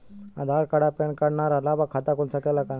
आधार card आ PAN card ना रहला पर खाता खुल सकेला का?